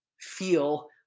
feel